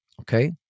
Okay